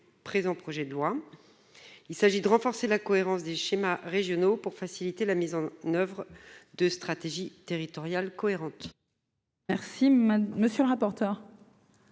présent projet de loi. Il s'agit de renforcer la cohérence des schémas régionaux afin de faciliter la mise en oeuvre de stratégies territoriales cohérentes. Quel est l'avis de